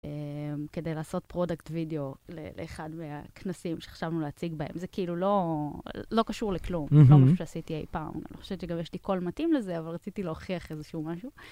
כדי לעשות פרודקט וידאו לאחד מהכנסים שחשבנו להציג בהם. זה כאילו לא קשור לכלום, זה לא משהו שעשיתי אי פעם. אני לא חושבת שגם יש לי קול מתאים לזה, אבל רציתי להוכיח איזשהו משהו.